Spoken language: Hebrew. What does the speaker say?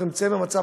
אנחנו נמצאים במצב,